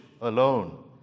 alone